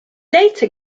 later